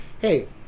hey